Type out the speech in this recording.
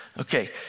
Okay